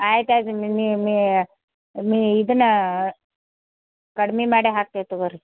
ಆಯ್ತು ಆಯ್ತು ಮೀ ಇದನ್ನ ಕಡ್ಮಿ ಮಾಡೇ ಹಾಕ್ತೀವಿ ತಗೋರಿ